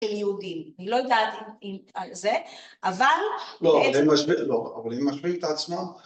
של יהודים. אני לא יודעת אם זה, אבל לא, אבל היא משווקת עצמה